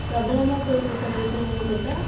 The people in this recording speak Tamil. பிரபலமாக போயிகிட்ருக்க வைத்தியம் என்னன்னு கேட்டால்